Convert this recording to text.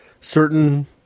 certain